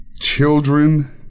children